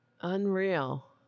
Unreal